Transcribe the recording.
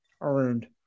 earned